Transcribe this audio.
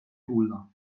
ulla